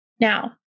Now